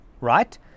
right